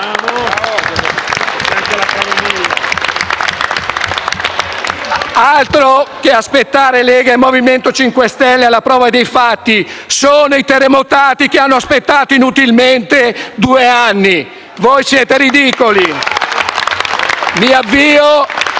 Altro che aspettare Lega e MoVimento 5 Stelle alla prova dei fatti: sono i terremotati che hanno aspettato inutilmente due anni. Voi siete ridicoli.